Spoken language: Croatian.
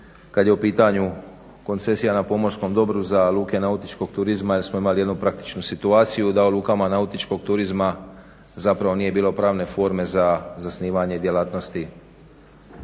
kad je u pitanju koncesija na pomorskom dobru za luke nautičkog turizma jer smo imali jednu praktičnu situaciju da u lukama nautičkog turizma zapravo nije bilo pravne forme za zasnivanje djelatnosti